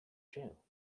jail